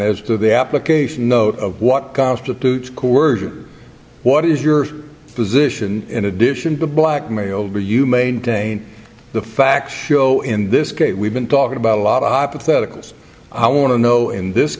as to the application note of what constitutes coercion what is your position in addition to blackmail do you maintain the facts show in this case we've been talking about a lot of hypotheticals i want to know in this